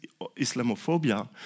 Islamophobia